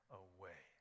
away